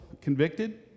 convicted